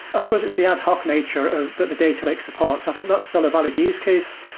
i supposed it's the ad hoc nature of the the data lake support. so i think that's still a valid use case.